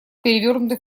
перевернутый